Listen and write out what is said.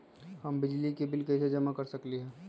हम बिजली के बिल कईसे जमा कर सकली ह?